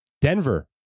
Denver